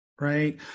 right